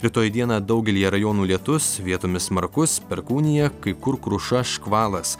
rytoj dieną daugelyje rajonų lietus vietomis smarkus perkūnija kai kur kruša škvalas